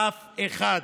אף אחד.